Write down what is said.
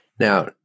Now